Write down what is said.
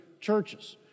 churches